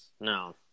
No